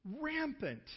rampant